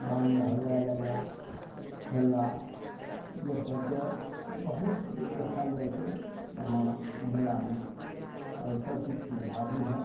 गांग लहबेला खेलेला ई अर सबके बहुत देखायल जाइ छै वहाँ मेलामे आओर सबचीजके सुविधा भी हइ